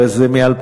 הרי זה מ-2011.